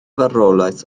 farwolaeth